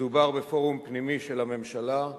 מדובר בפורום פנימי של הממשלה,